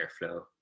airflow